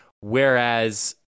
Whereas